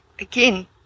again